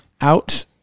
out